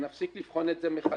ונפסיק לבחון את זה מחדש.